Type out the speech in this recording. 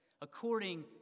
according